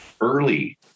early